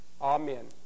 Amen